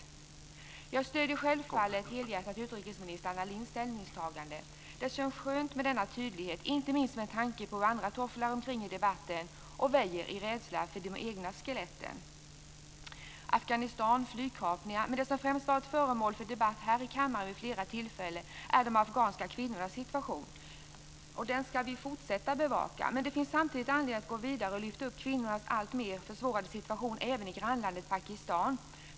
Självfallet stöder jag helhjärtat utrikesminister Anna Lindhs ställningstagande. Det känns skönt med denna tydlighet, inte minst med tanke på hur andra tofflar omkring i debatten och väjer av rädsla för de egna skeletten. När det gäller Afghanistan har det handlat om flygkapningar men det som främst varit föremål för debatt vid flera tillfällen här i kammaren är de afghanska kvinnornas situation. Den ska vi fortsätta att bevaka. Samtidigt finns det anledning att gå vidare och lyfta upp kvinnornas allt svårare situation även i grannlandet Pakistan.